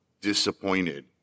disappointed